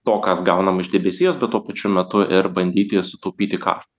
to kas gaunama iš debesijos bet tuo pačiu metu ir bandyti sutaupyti kaštus